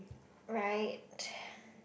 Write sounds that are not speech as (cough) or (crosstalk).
right (breath)